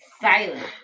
silent